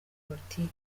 politiki